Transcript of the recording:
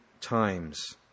times